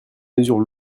mesures